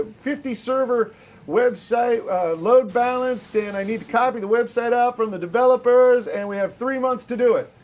ah fifty server website load balanced, and i need to copy the website out from the developers, and we have three months to do it.